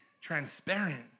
transparent